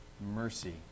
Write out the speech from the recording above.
mercy